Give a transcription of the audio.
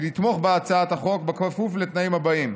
היא לתמוך בהצעת החוק בכפוף לתנאים הבאים: